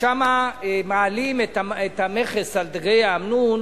שם מעלים את המכס על דגי האמנון